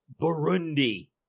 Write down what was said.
Burundi